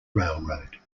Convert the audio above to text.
railroad